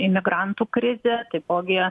imigrantų krizė taipogi